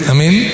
Amen